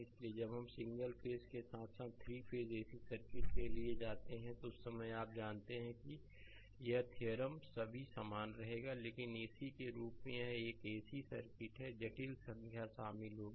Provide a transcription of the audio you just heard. इसलिए जब हम सिंगल फेस के साथ साथ 3 फेस एसी सर्किट के लिए जाते हैं उस समय आप जानते हैं कि यह थ्योरमसभी समान रहेगा लेकिन एसी के रूप में एक एसी सर्किट जटिल संख्या शामिल होगी